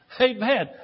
Amen